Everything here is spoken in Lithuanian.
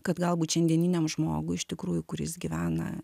kad galbūt šiandieniniam žmogui iš tikrųjų kuris gyvena